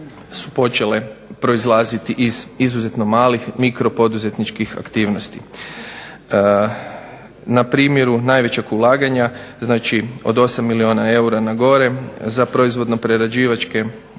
su počele proizlaziti iz izuzetno malih mikropoduzetničkih aktivnosti. Na primjeru najvećeg ulaganja znači od 8 milijuna eura nagore za proizvodno prerađivačke